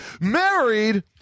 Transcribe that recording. Married